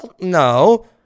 no